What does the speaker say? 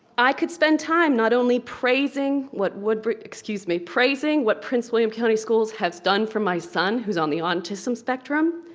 i could spend time not only praising what woodbridge, excuse me, praising what prince william county schools have done for my son, who's on the autism spectrum,